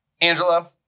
Angela